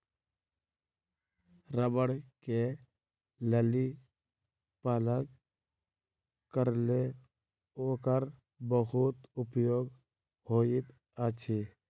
रबड़ के लचीलापनक कारणेँ ओकर बहुत उपयोग होइत अछि